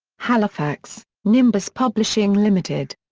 halifax nimbus publishing ltd.